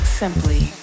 simply